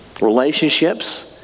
relationships